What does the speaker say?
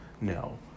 no